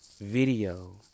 video